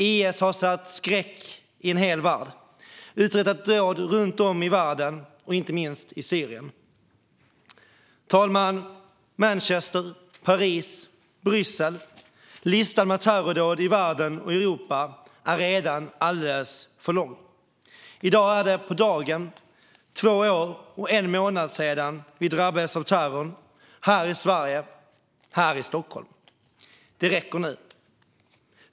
IS har satt skräck i en hel värld och uträttat dåd runt om i världen, inte minst i Syrien. Fru talman! Manchester, Paris, Bryssel - listan med terrordåd i världen och Europa är alldeles för lång. I dag är det på dagen två år och en månad sedan vi drabbades av terrorn här i Sverige, här i Stockholm. Det räcker nu.